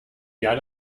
jahr